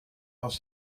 aus